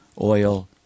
Oil